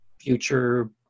future